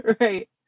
Right